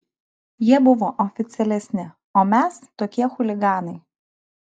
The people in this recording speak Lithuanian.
jie buvo oficialesni o mes tokie chuliganai